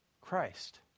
Christ